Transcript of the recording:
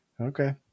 Okay